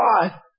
God